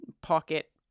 pocket